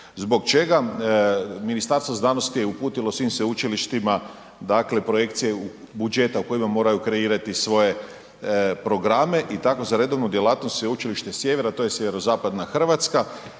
Zbog čega Ministarstvo znanosti je uputilo svim sveučilištima dakle projekcije budžeta u kojima moraju kreirati svoje programe i tako za redovnu djelatnost Sveučilište Sjever, a to je sjeverozapadna Hrvatska